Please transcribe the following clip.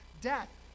death